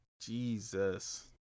Jesus